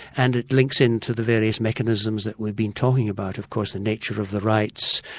and it links in to the various mechanisms that we've been talking about of course, the nature of the rights,